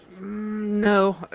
no